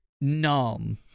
numb